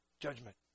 judgment